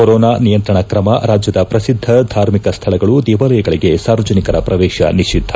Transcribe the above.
corona ನಿಯಂತ್ರಣ ಕ್ರಮ ರಾಜ್ಯದ ಪ್ರಸಿದ್ದ ಧಾರ್ಮಿಕ ಸ್ಥಳಗಳು ದೇವಾಲಯಗಳಿಗೆ ಸಾರ್ವಜನಿಕರ ಪ್ರವೇಶ ನಿಷಿದ್ದ